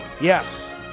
Yes